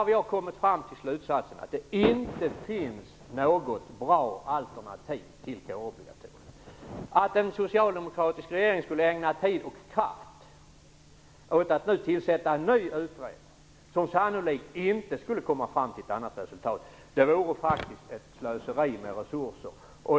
Vi har kommit fram till slutsatsen att det inte finns något bra alternativ till kårobligatoriet. Att en socialdemokratisk regeringskollega nu skulle ägna tid och kraft åt att tillsätta en ny utredning, som sannolikt inte skulle komma fram till något annat resultat, vore faktiskt ett slöseri med resurser.